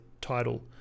title